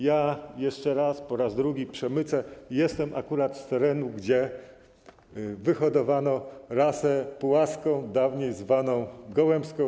Ja jeszcze raz, po raz drugi to przemycę: jestem akurat z terenu, gdzie wyhodowano rasę świń zwaną puławską, dawniej zwaną gołębską.